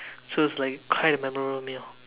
so it's like quite a memorable meal